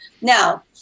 Now